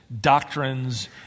doctrines